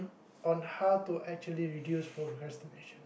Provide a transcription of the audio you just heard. on how to actually reduce procrastination